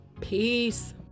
Peace